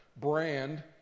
brand